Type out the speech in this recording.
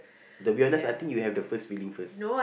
the weirdness I think you have the first feeling first